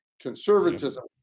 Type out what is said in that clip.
conservatism